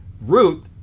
root